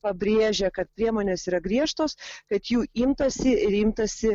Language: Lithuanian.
pabrėžė kad priemonės yra griežtos kad jų imtasi ir imtasi